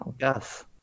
Yes